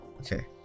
Okay